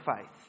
faith